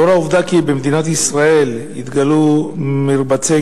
לאור העובדה שבמדינת ישראל התגלו מרבצי